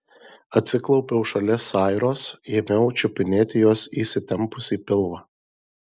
atsiklaupiau šalia sairos ėmiau čiupinėti jos įsitempusį pilvą